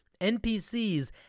NPCs